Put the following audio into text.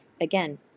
Again